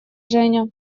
женя